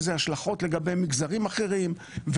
יש לזה השלכות לגבי מגזרים אחרים.